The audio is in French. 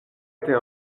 était